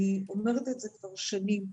אני אומרת כבר שנים,